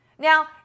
Now